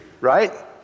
right